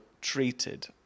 treated